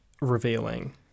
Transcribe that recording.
revealing